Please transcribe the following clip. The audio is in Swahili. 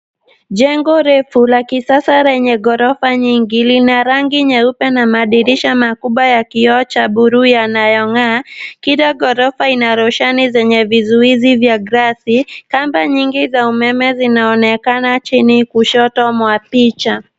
Jengo refu la kisasa lenye ghorofa nyingi. Lina rangi nyeupe na madirisha makubwa ya kioo cha buluu yanayong'aa. Kila ghorofa ina roshani yenye vizuizi za glasi. Kamba nyingi za umeme zinaonekana chini kushoto mwa picha.